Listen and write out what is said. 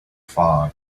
fog